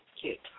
cute